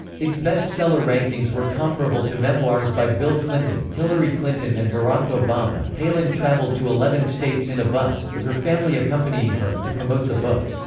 its bestseller rankings were comparable to memoirs by bill clinton, hillary clinton and barack obama palin traveled to eleven states in a bus, with her family accompanying her, to promote the book.